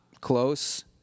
close